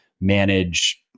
manage